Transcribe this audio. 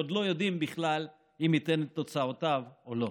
שעוד לא יודעים בכלל אם הוא ייתן את תוצאותיו או לא.